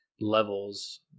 levels